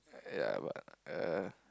ya but err